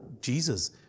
Jesus